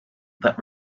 that